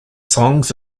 songs